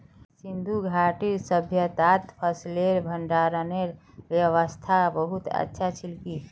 सिंधु घाटीर सभय्तात फसलेर भंडारनेर व्यवस्था बहुत अच्छा छिल की